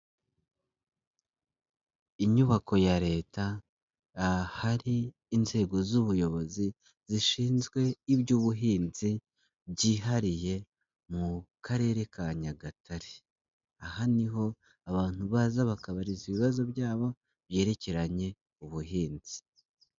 Inyubako ya Leta, ahari inzego z'ubuyobozi zishinzwe iby'ubuhinzi byihariye mu Karere ka Nyagatare, aha ni ho abantu baza bakabariza ibibazo byabo byerekeranye ubuhinzi.